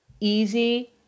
easy